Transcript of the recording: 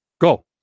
go